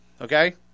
okay